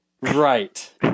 Right